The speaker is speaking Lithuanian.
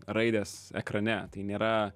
raidės ekrane tai nėra